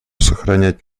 сохранять